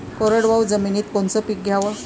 कोरडवाहू जमिनीत कोनचं पीक घ्याव?